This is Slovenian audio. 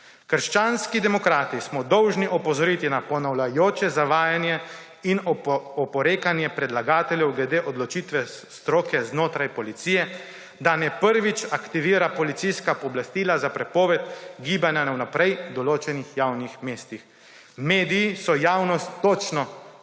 Krščanski demokrati smo dolžni opozoriti na ponavljajoče zavajanje in oporekanje predlagateljev glede odločitve stroke znotraj Policije, da naj prvič aktivira policijska pooblastila za prepoved gibanja na vnaprej določenih javnih mestih. Mediji so javnost točno obvestili,